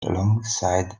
alongside